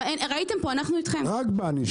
וראיתם פה שאנחנו אתכם כולנו.